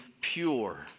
pure